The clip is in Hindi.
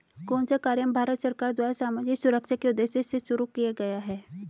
कौन सा कार्यक्रम भारत सरकार द्वारा सामाजिक सुरक्षा के उद्देश्य से शुरू किया गया है?